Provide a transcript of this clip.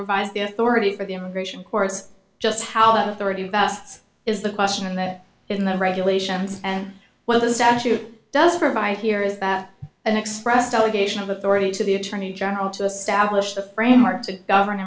provides the authority for the immigration courts just how that authority vests is the question and that in the regulations and well the statute does provide here is that an expressed allegation of authority to the attorney general to establish the framework to govern